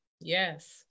Yes